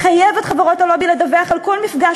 לחייב את חברות הלובי לדווח על כל מפגש